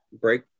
break